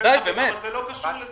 זה לא קשור.